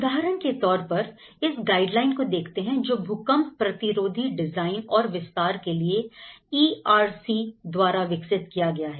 उदाहरण के तौर पर इस गाइडलाइन को देखते हैं जो भूकंप प्रतिरोधी डिजाइन और विस्तार के लिए इआरसी द्वारा विकसित किया गया है